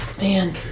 man